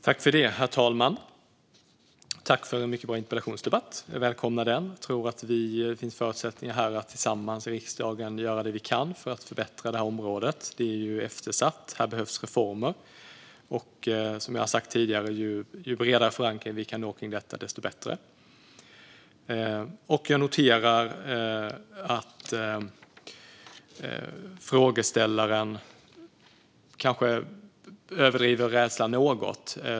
Herr talman! Tack till mina meddebattörer för en väldigt bra interpellationsdebatt! Jag välkomnar den. Jag tror att vi har förutsättningar att tillsammans i riksdagen göra det vi kan för att förbättra det här området. Det är ju eftersatt, och här behövs reformer. Som jag har sagt tidigare: Ju bredare förankring vi kan nå när det gäller detta, desto bättre. Interpellanten kanske överdriver rädslan något.